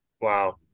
Wow